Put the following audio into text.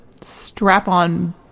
strap-on